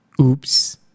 Oops